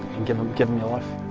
and give them given your life